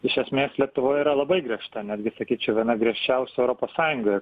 iš esmės lietuvoje yra labai griežta netgi sakyčiau viena griežčiausių europos sąjungoje